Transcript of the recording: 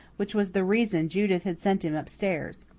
which was the reason judith had sent him up-stairs.